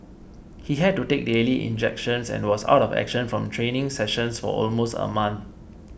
he had to take daily injections and was out of action from training sessions for almost a month